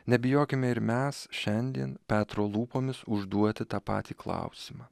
nebijokime ir mes šiandien petro lūpomis užduoti tą patį klausimą